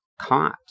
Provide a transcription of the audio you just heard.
caught